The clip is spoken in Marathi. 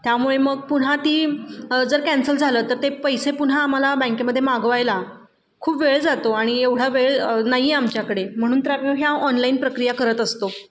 त्यामुळे मग पुन्हा ती जर कॅन्सल झालं तर ते पैसे पुन्हा आम्हाला बँकेमध्ये मागवायला खूप वेळ जातो आणि एवढा वेळ नाही आहे आमच्याकडे म्हणून तर आपण ह्या ऑनलाईन प्रक्रिया करत असतो